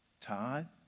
Todd